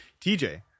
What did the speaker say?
TJ